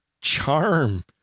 charm